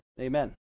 amen